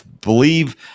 believe